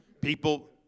People